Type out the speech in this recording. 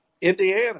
indiana